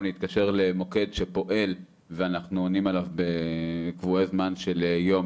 הם יכולים גם להתקשר למוקד שפועל ואנחנו עונים עליו בקבועי זמן של יום,